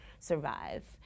survive